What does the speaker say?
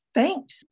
Thanks